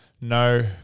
no